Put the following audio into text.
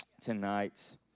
tonight